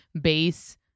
base